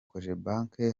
cogebanque